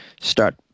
start